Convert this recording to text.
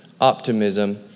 optimism